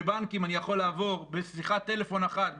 בבנקים אני יכול בשיחת טלפון אחת,